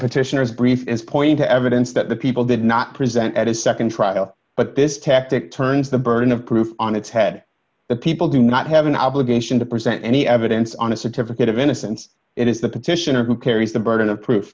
petitioner's brief is point to evidence that the people did not present at a nd trial but this tactic turns the burden of proof on its head the people do not have an obligation to present any evidence on a certificate of innocence it is the petitioner who carries the burden of proof